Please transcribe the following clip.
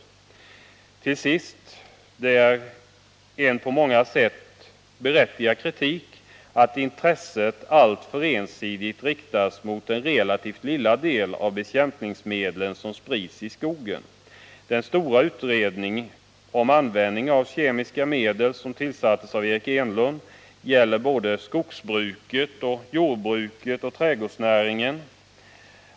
Söder a Till sist: Det är en på många sätt berättigad kritik att intresset alltför Förbud mot spridensidigt riktats mot den relativt lilla del av bekämpningsmedlen som spridsi — ning av bekämpskogen. Den stora utredning om användningen av kemiska medel som ningsmedel över tillsattes av Eric Enlund gäller såväl skogsbruket, jordbruket som trädgårdsskogsmark näringen.